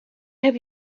have